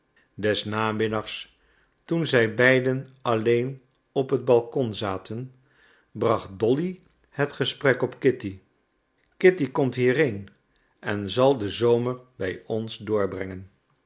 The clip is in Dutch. des namiddags toen zij beiden alleen op het balkon zaten bracht dolly het gesprek op kitty kitty komt hierheen en zal den zomer bij ons doorbrengen